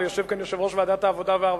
ויושב כאן יושב-ראש ועדת העבודה והרווחה,